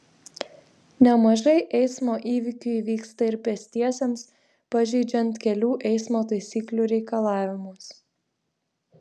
nemažai eismo įvykių įvyksta ir pėstiesiems pažeidžiant kelių eismo taisyklių reikalavimus